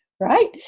right